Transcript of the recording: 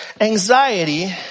anxiety